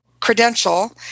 credential